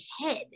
head